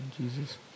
Jesus